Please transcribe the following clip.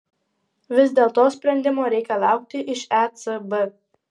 vis dėlto sprendimo reikia laukti iš ecb